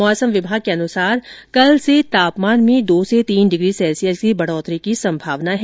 मौसम विभाग के अनुसार कल से तापमान में दो से तीन डिग्री सेल्सियस की बढ़ोतरी होने की संभावना है